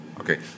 okay